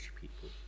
people